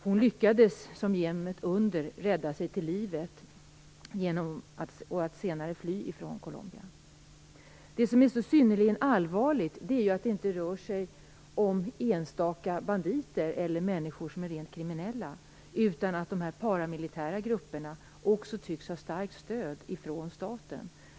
Hon lyckades som genom ett under rädda sig till livet, för att senare fly från Colombia. Det som är så synnerligen allvarligt är att det inte rör sig om enstaka banditer eller om rent kriminella människor, utan att de paramilitära grupperna också tycks ha starkt stöd från staten.